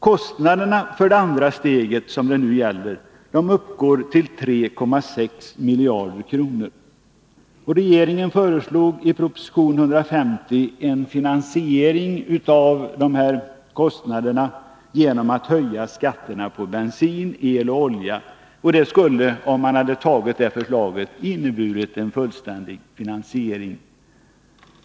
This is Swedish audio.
Kostnaderna för det andra steget, som det nu gäller, uppgår till 3,6 miljarder kronor. Regeringen föreslog i proposition 150 en finansiering av dessa kostnader genom höjning av skatterna på bensin, el och olja. Förslaget skulle, om det hade bifallits, ha inneburit en fullständig finansiering.